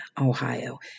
Ohio